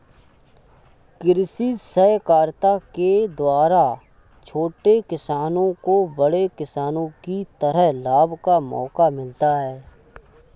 कृषि सहकारिता के द्वारा छोटे किसानों को बड़े किसानों की तरह लाभ का मौका मिलता है